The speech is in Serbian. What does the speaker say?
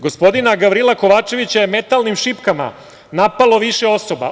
Gospodina Gavrila Kovačevića je metalnim šipkama napalo više osoba.